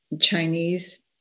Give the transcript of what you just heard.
Chinese